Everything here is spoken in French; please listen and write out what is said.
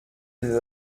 une